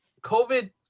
covid